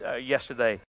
yesterday